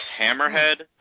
Hammerhead